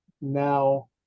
now